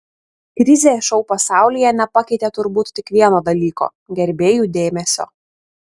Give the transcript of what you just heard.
krizė šou pasaulyje nepakeitė turbūt tik vieno dalyko gerbėjų dėmesio